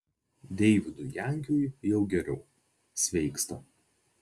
deividui jankiui jau geriau sveiksta